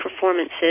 performances